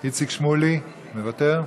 איציק שמולי, מוותר,